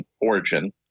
origin